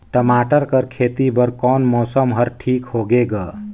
टमाटर कर खेती बर कोन मौसम हर ठीक होथे ग?